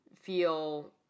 feel